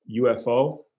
UFO